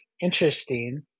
interesting